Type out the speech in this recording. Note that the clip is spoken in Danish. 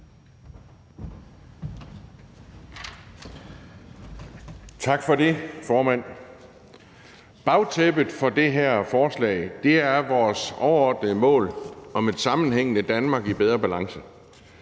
Tak for det, formand. Bagtæppet for det her forslag er vores overordnede mål om et sammenhængende Danmark i bedre balance.